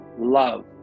love